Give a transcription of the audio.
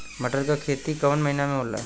मटर क खेती कवन महिना मे होला?